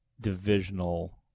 divisional